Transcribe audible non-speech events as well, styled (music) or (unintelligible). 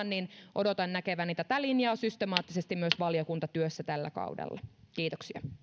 (unintelligible) niin odotan näkeväni tätä linjaa systemaattisesti myös valiokuntatyössä tällä kaudella kiitoksia